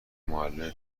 معلم